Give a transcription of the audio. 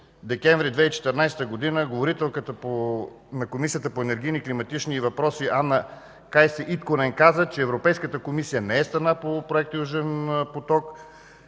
декември 2014 г. говорителката на Комисията по енергийни и климатични въпроси Ана Итконен каза, че Европейската комисия не е страна по проекта „Южен поток“.